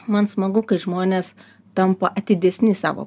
man smagu kai žmonės tampa atidesni savo